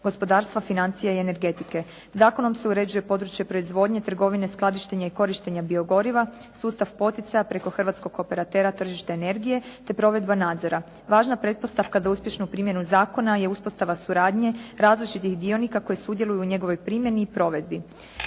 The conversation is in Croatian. gospodarstva, financija i energetike. Zakonom se uređuje područje proizvodnje, trgovine, skladištenje i korištenje biogoriva, sustav poticaja preko hrvatskog operatera tržišta energije te provedba nadzora. Važna pretpostavka za uspješnu primjenu zakona je uspostava suradnje različitih dionika koji sudjeluju u njegovoj primjeni i provedbi.